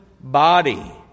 body